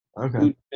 Okay